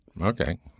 Okay